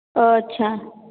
ओह अच्छा